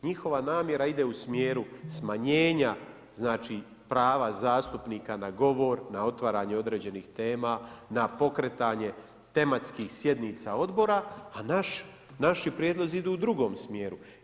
Njihova namjera ide u smjeru smanjenja prava zastupnika na govor, na otvaranje određenih tema, na pokretanje tematskih sjednica odbora, a naši prijedlozi idu u drugom smjeru.